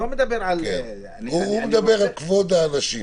הוא מדבר על כבוד האנשים.